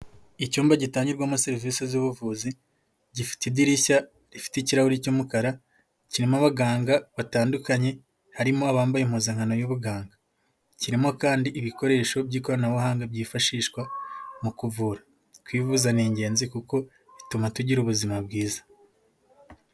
Icyumba gitangirwamo serivisi z'ubuvuzi, gifite idirishya rifite ikirahuri cy'umukara, kirimo abaganga batandukanye, harimo abambaye impuzankano y'ubuganga. Kirimo kandi ibikoresho by'ikoranabuhanga byifashishwa mu kuvura. Kwivuza ni ingenzi kuko bituma tugira ubuzima bwiza.